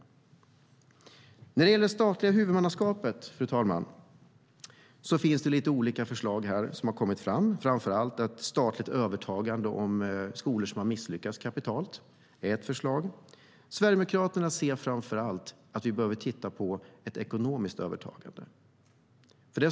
Fru talman! Vad gäller det statliga huvudmannaskapet finns det lite olika förslag, bland annat om statligt övertagande av skolor som har misslyckats. Sverigedemokraterna anser att vi framför allt behöver titta på ett ekonomiskt övertagande.